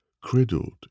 cradled